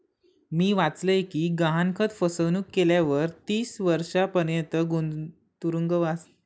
मी वाचलय कि गहाणखत फसवणुक केल्यावर तीस वर्षांपर्यंत तुरुंगवास होउ शकता